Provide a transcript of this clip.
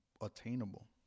attainable